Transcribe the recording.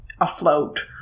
afloat